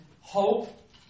hope